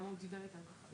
הוראות החוק ואומרים להם,